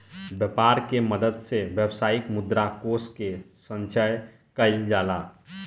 व्यापर के मदद से वैश्विक मुद्रा कोष के संचय कइल जाला